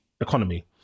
economy